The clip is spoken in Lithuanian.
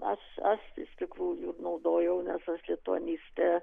aš aš iš tikrųjų naudojau nes aš lituanistė